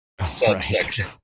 subsection